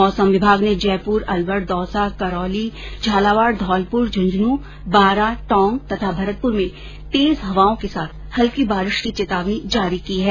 मौसम विमाग ने जयपुर अलवर दौसा करौली झालावाड़ घौलपुर झुंझुनू बारा टोंक तथा भरतपुर में तेज हवाओं के साथ हल्की बारिश की चेतावनी जारी की है